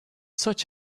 such